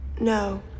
No